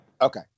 Okay